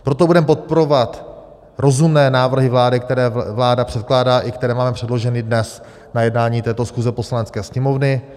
Proto budeme podporovat rozumné návrhy vlády, které vláda předkládá, i které máme předloženy dnes na jednání této schůze Poslanecké sněmovny.